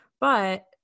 but-